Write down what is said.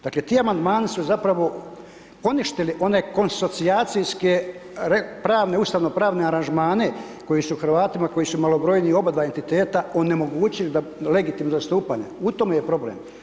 Dakle ti amandmani su zapravo poništili one konsolidacijske ustavno pravne aranžmane koji su Hrvatima koji su malobrojniji oba dva entiteta onemogućuje legitimno zastupanje, u tome je problem.